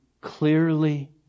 clearly